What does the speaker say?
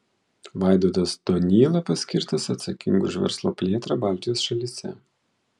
vaidotas donyla paskirtas atsakingu už verslo plėtrą baltijos šalyse